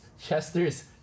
Chester's